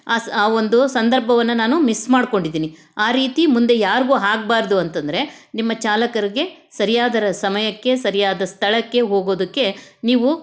ಆ ಸ ಆ ಒಂದು ಸಂದರ್ಭವನ್ನು ನಾನು ಮಿಸ್ ಮಾಡಿಕೊಂಡಿದೀನಿ ಆ ರೀತಿ ಮುಂದೆ ಯಾರಿಗೂ ಆಗ್ಬಾರ್ದು ಅಂತಂದರೆ ನಿಮ್ಮ ಚಾಲಕರಿಗೆ ಸರಿಯಾದ ರ ಸಮಯಕ್ಕೆ ಸರಿಯಾದ ಸ್ಥಳಕ್ಕೆ ಹೋಗೋದಕ್ಕೆ ನೀವು